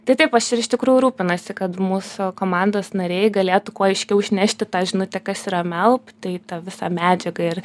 tai taip aš ir iš tikrųjų rūpinuosi kad mūsų komandos nariai galėtų kuo aiškiau išnešti tą žinutę kas yra melp tai ta visa medžiaga ir